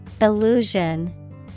Illusion